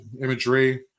imagery